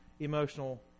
Emotional